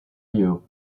you